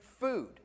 food